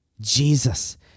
Jesus